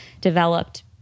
developed